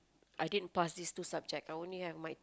I didn't pass these two subject I only have my